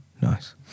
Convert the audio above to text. nice